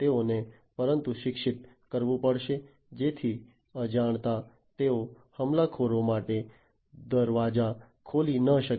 તેઓને પૂરતું શિક્ષિત કરવું પડશે જેથી અજાણતા તેઓ હુમલાખોરો માટે દરવાજા ખોલી ન શકે